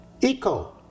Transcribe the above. Eco